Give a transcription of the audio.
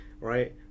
right